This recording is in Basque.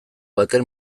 baten